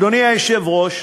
אדוני היושב-ראש,